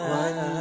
one